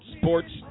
Sports